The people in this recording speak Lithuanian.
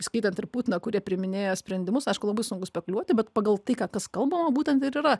įskaitant ir putiną kurie priiminėja sprendimus aišku labai sunku spekuliuoti bet pagal tai ką kas kalbama būtent ir yra